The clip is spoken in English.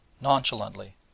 nonchalantly